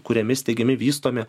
kuriami steigiami vystomi